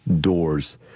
doors